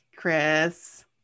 Chris